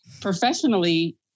Professionally